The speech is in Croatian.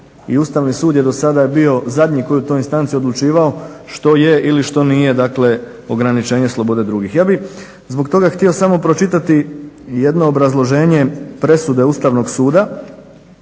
Ustavni sud je dosada bio zadnji koji je u toj instanci odlučivao što je ili što nije ograničenje slobode drugih. Ja bi zbog toga htio samo pročitati jedno obrazloženje presude Ustavnog suda